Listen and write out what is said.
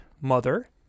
mother